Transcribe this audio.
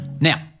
Now